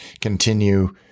continue